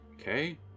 Okay